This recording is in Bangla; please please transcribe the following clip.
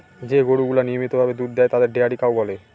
যে গরুগুলা নিয়মিত ভাবে দুধ দেয় তাদের ডেয়ারি কাউ বলে